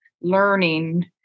learning